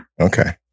Okay